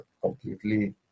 completely